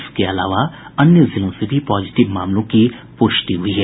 इसके अलावा अन्य जिलों से भी पॉजिटिव मामलों की पुष्टि हुई है